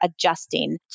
adjusting